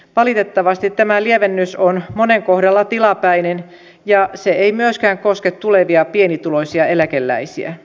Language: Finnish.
valitettavasti tämä lievennys on monen kohdalla tilapäinen ja se ei myöskään koske tulevia pienituloisia eläkeläisiä